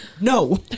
No